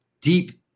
deep